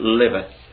liveth